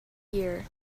year